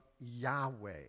Yahweh